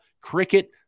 cricket